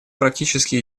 практически